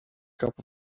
cup